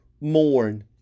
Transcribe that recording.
mourn